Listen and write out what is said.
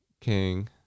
King